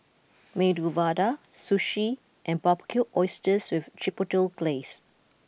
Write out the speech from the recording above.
Medu Vada Sushi and Barbecued Oysters with Chipotle Glaze